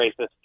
racist